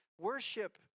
worship